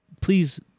Please